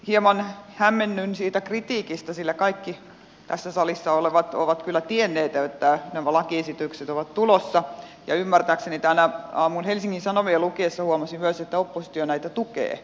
hieman hämmennyn siitä kritiikistä sillä kaikki tässä salissa olevat ovat kyllä tienneet että nämä lakiesitykset ovat tulossa ja tämän aamun helsingin sanomia lukiessa huomasin myös että ymmärtääkseni oppositio näitä tukee